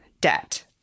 debt